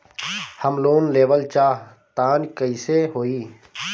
हम लोन लेवल चाह तानि कइसे होई?